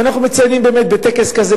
ואנחנו מציינים באמת בטקס כזה,